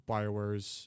Bioware's